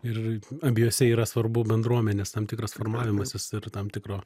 ir abiejose yra svarbu bendruomenės tam tikras formavimasis ir tam tikro